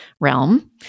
realm